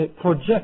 project